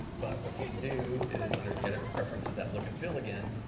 but what you can do is under the editor preferences, at look and feel again,